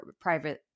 private